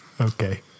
Okay